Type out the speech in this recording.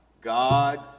God